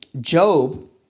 Job